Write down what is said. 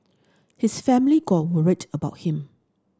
his family got worried about him